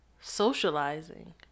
socializing